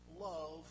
love